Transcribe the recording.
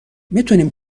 میتونیم